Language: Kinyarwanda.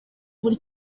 buri